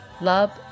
love